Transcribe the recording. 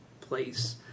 place